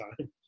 time